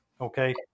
okay